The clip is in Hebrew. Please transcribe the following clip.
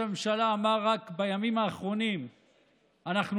רק בימים האחרונים ראש הממשלה אמר: אנחנו